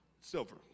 silver